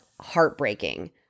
heartbreaking